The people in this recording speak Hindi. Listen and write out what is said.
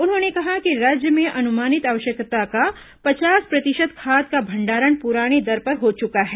उन्होंने कहा कि राज्य में अनुमानित आवश्यकता का पचास प्रतिशत खाद का भंडारण पुराने दर पर हो चुका है